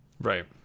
Right